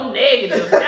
negative